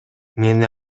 мени